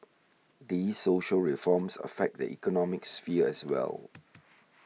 these social reforms affect the economic sphere as well